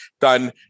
done